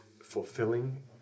fulfilling